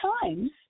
times